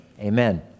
Amen